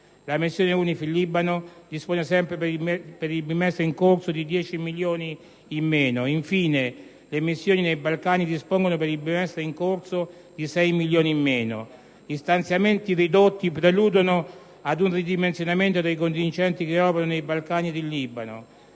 la missione UNIFIL (Libano) dispone sempre per il bimestre in corso di 10 milioni di euro in meno; infine, le missioni nei Balcani dispongono per il bimestre in corso di 6 milioni di euro in meno. Gli stanziamenti ridotti preludono ad un ridimensionamento dei contingenti che operano nei Balcani e in Libano.